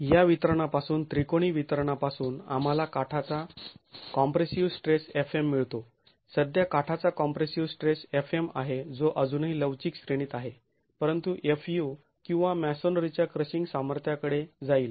या वितरणापासून त्रिकोणी वितरणापासून आम्हाला काठाचा कॉम्प्रेसिव स्ट्रेस fm मिळतो सध्या काठाचा कॉम्प्रेसिव स्ट्रेस fm आहे तो अजूनही लवचिक श्रेणीत आहे परंतु fu किंवा मॅसोनरीच्या क्रशिंग सामार्थ्याकडे जाईल